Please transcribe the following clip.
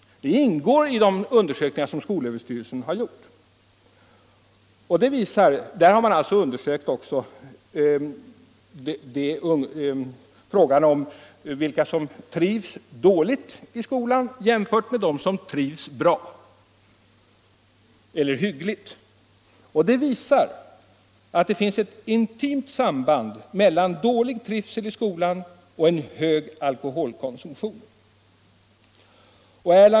Denna fråga ingår nämligen i de undersökningar som skolöverstyrelsen har gjort, och där har man då också undersökt hur det är med de ungdomar som trivs dåligt i skolan jämfört med sådana som trivs bra eller hyggligt. Och den undersökningen visar att det finns ett intimt samband mellan dålig trivsel i skolan och hög alkoholkonsumtion.